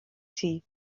tea